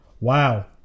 Wow